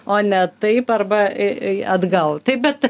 o ne taip arba į į atgal tai bet